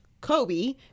kobe